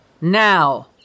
Now